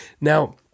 Now